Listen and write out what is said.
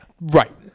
Right